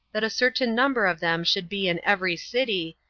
that a certain number of them should be in every city,